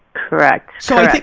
correct. so like